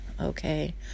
Okay